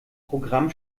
programm